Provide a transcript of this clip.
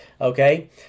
okay